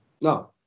no